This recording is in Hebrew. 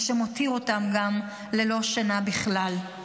מה שמותיר אותם גם ללא שינה בכלל.